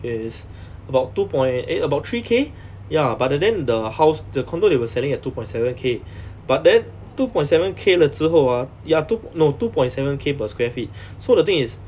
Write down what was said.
it is about two point eight about three K ya but the then the house the condominium they were selling at two point seven K but then two point seven K 了之后 ah ya two no two point seven K per square feet so the thing is